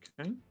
Okay